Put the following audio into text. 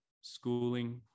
schooling